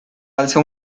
alza